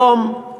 היום,